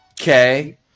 Okay